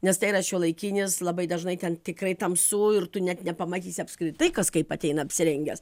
nes tai yra šiuolaikinis labai dažnai ten tikrai tamsu ir tu net nepamatysi apskritai kas kaip ateina apsirengęs